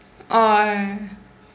oh okay